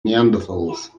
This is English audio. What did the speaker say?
neanderthals